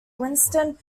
winston